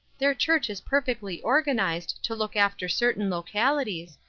their church is perfectly organized to look after certain localities,